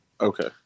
okay